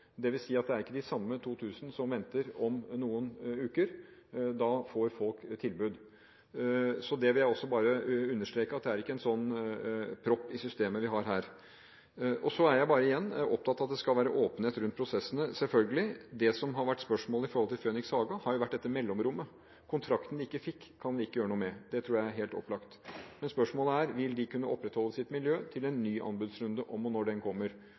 at det ikke er de samme 2 000 som venter om noen uker. Da får folk tilbud. Så jeg vil understreke at det er ikke en propp i systemet vi har her. Og så er jeg igjen opptatt av at det skal være åpenhet rundt prosessene, selvfølgelig. Det som har vært spørsmålet når det gjelder Phoenix Haga, har vært dette mellomrommet. Kontrakten de ikke fikk, kan vi ikke gjøre noe med. Det tror jeg er helt opplagt. Men spørsmålet er: Vil de kunne opprettholde sitt miljø til en ny anbudsrunde – om og når den kommer.